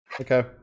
Okay